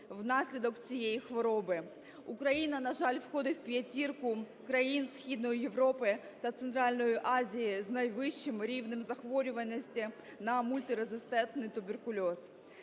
внаслідок цієї хвороби. Україна, на жаль, входить в п'ятірку країн Східної Європи та Центральної Азії з найвищим рівнем захворюваності на мультирезистентний туберкульоз.